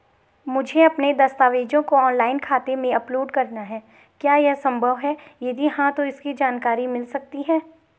मुझे अपने दस्तावेज़ों को ऑनलाइन खाते में अपलोड करना है क्या ये संभव है यदि हाँ तो इसकी जानकारी मिल सकती है?